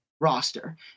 roster